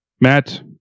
Matt